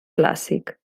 clàssic